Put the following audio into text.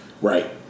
Right